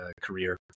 career